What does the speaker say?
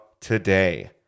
today